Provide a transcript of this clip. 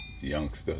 youngsters